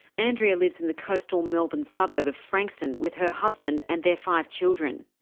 andrea lives in the coastal melbourne suburb of frankston with her husband and their five children.